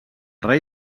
rei